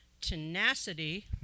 tenacity